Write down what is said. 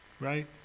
right